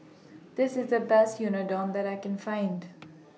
This IS The Best Unadon that I Can Find